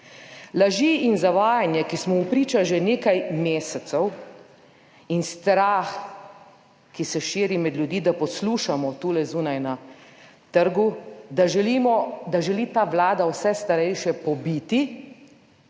Laži in zavajanje, ki smo mu priča že nekaj mesecev in strah, ki se širi med ljudi, da poslušamo tule zunaj, na trgu, da želimo, da želi ta Vlada vse starejše pobiti,